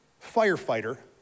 firefighter